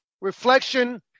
reflection